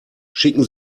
schicken